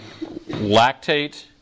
lactate